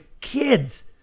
kids